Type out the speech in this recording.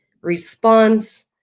response